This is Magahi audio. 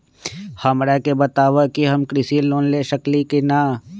हमरा के बताव कि हम कृषि लोन ले सकेली की न?